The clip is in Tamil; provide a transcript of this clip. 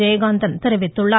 ஜெயகாந்தன் தெரிவித்துள்ளார்